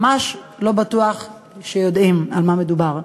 ממש לא בטוח שיודעים על מה מדובר.